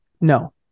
No